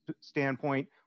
standpoint